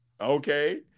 Okay